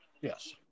Yes